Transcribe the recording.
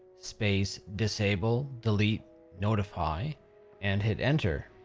space, disabledeletenotify and hit enter.